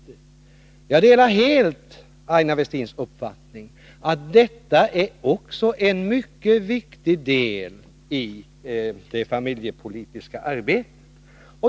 Jag delar helt Aina Westins uppfattning att också den är en mycket viktig del i det familjepolitiska arbetet.